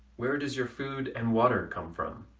where does your food and water come from?